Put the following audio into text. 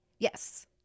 Yes